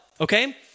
okay